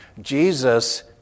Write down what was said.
Jesus